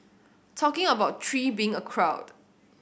talking about three being a crowd